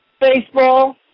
baseball